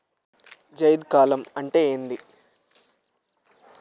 జైద్ కాలం అంటే ఏంది?